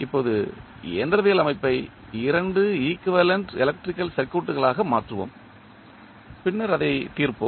இப்போது இயந்திரவியல் அமைப்பை இரண்டு ஈக்குவேலண்ட் எலக்ட்ரிக்கல் சர்க்யூட்களாக மாற்றுவோம் பின்னர் அதை தீர்ப்போம்